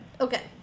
Okay